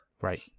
Right